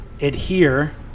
adhere